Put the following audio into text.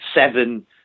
seven